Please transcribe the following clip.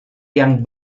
yang